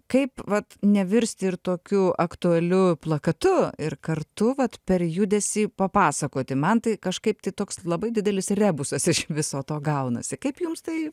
kaip vat nevirsti ir tokiu aktualiu plakatu ir kartu vat per judesį papasakoti man tai kažkaip tai toks labai didelis rebusas iš viso to gaunasi kaip jums tai